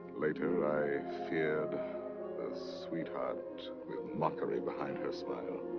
later, i feared the sweetheart with mockery behind her smile.